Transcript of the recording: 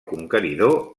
conqueridor